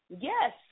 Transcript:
yes